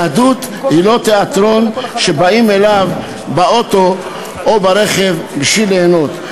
היהדות היא לא תיאטרון שבאים אליו באוטו או ברכב בשביל ליהנות.